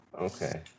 okay